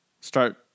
start